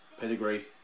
Pedigree